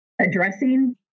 addressing